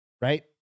right